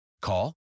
Call